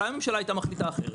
אולי הממשלה הייתה מחליטה אחרת?